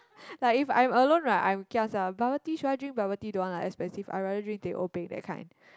like if I'm alone right I'm ah bubble tea should I drink bubble tea don't want ah expensive I rather drink Teh O peng that kind